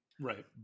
Right